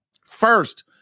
First